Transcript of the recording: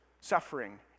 suffering